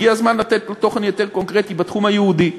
הגיע הזמן לתת לו תוכן יותר קונקרטי בתחום היהודי.